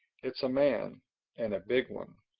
it's a man and a big one.